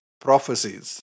prophecies